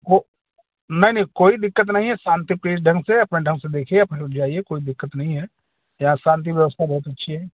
वह नहीं नहीं कोई दिक्कत नहीं है शांति प्रिय ढंग से अपना ढंग से देखिए आप लोग जाइए कोई दिक्कत नहीं है यहाँ शांति व्यवस्था बहुत अच्छी है